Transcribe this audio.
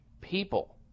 people